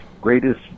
greatest